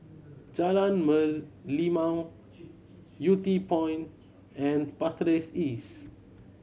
Jalan Merlimau Yew Tee Point and Pasir Ris East